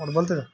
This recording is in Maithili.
आओर बोलतै